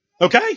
Okay